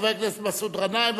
חבר הכנסת מסעוד גנאים,